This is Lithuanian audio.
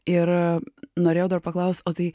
ir norėjau dar paklaust o tai